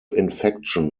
infection